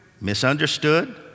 misunderstood